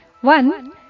One